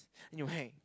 then you hang